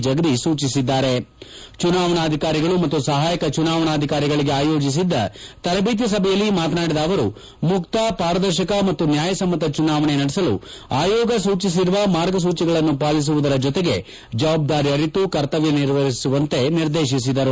ಜಗದೀಶ್ ಚುನಾವಣಾಧಿಕಾರಿಗಳಿಗೆ ಆಯೋಜಿಸಿದ್ದ ತರಬೇತಿ ಸಭೆಯಲ್ಲಿ ಮಾತನಾಡಿದ ಅವರು ಮುಕ್ತ ಪಾರದರ್ಶಕ ಮತ್ತು ನ್ಯಾಯ ಸಮ್ಮತ ಚುನಾವಣೆ ನಡೆಸಲು ಆಯೋಗ ಸೂಚಿಸಿರುವ ಮಾರ್ಗಸೂಚಿಗಳನ್ನು ಪಾಲಿಸುವುದರ ಜೊತೆಗೆ ಜವಾಬ್ದಾರಿ ಅರಿತು ಕರ್ತವ್ಯ ನಿರ್ವಹಿಸುವಂತೆ ನಿರ್ದೇಶಿಸಿದರು